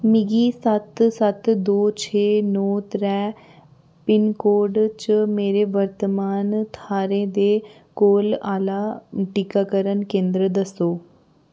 मिगी सत्त सत्त दो छे नो त्रै पिनकोड च मेरे वर्तमान थाह्रै दे कोला आह्ला टीकाकरण केंद्र दस्सो